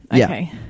okay